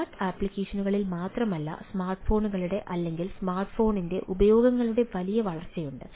smart ആപ്ലിക്കേഷനുകളിൽ മാത്രമല്ല സ്മാർട്ട്ഫോണുകളുടെ അല്ലെങ്കിൽ സ്മാർട്ട്ഫോണിന്റെ ഉപയോഗങ്ങളുടെ വലിയ വളർച്ചയുണ്ട്